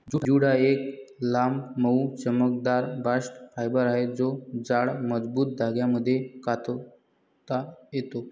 jute हा एक लांब, मऊ, चमकदार बास्ट फायबर आहे जो जाड, मजबूत धाग्यांमध्ये कातता येतो